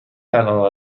الآن